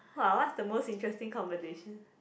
!wah! what's the most interesting conversation